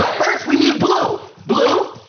first we need blue. blue?